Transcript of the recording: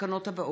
התקנות האלה: